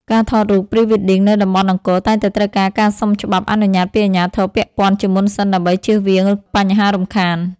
ការថតរូប Pre-wedding នៅតំបន់អង្គរ តែងតែត្រូវការការសុំច្បាប់អនុញ្ញាតពីអាជ្ញាធរពាក់ព័ន្ធជាមុនសិន ដើម្បីជៀសវាងបញ្ហារំខាន។